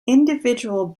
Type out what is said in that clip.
individual